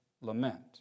lament